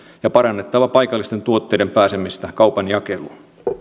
ja parannettava paikallisten tuotteiden pääsemistä kaupan jakeluun